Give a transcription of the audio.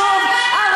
אתם שולחים יישוב ערבי,